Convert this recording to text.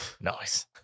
Nice